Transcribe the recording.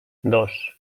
dos